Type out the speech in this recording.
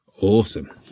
Awesome